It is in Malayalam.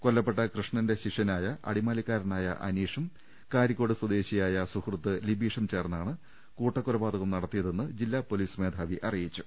കൊല്ലപ്പെട്ട കൃഷ്ണന്റെ ശിഷ്യനായ അടിമാലിക്കാരനായ അനീഷും കാരിക്കോട് സ്വദേശിയായ സുഹൃത്ത് ലിബീഷും ചേർന്നാണ് കൂട്ടക്കൊലപാതകം നടത്തിയതെന്ന് ജില്ലാ പൊലീസ് മേധാവി അറിയിച്ചു